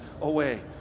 away